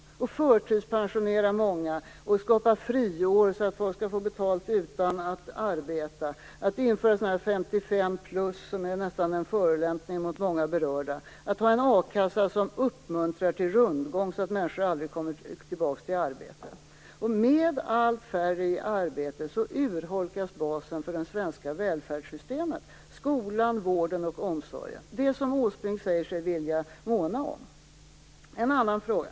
Då kan man inte förtidspensionera många, skapa friår så att folk skall få betalt utan att arbeta, införa 55-plus som nästan är en förolämpning mot många berörda och ha en a-kassa som uppmuntrar till rundgång så att människor aldrig kommer tillbaks till arbetet. Med allt färre i arbete urholkas basen för det svenska välfärdssystemet, skolan, vården och omsorgen, som Erik Åsbrink säger sig vilja måna om. Sedan har jag en annan fråga.